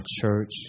church